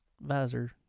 visor